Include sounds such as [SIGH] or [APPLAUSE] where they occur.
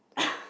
[BREATH]